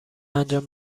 انجام